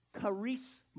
charisma